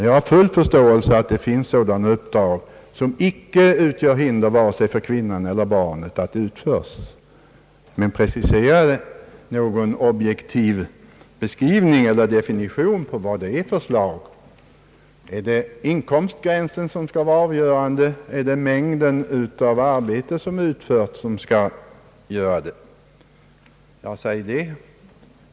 Jag har full förståelse för att det finns sådana uppdrag som icke utgör hinder vare sig för kvinnan eller för barnet att det utförs. Men hur skall man kunna precisera någon objektiv beskrivning eller definition på vad det är för slag? Är det inkomstgränsen som skall vara avgörande eller är det mängden av arbete som utförts?